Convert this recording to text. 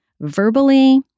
verbally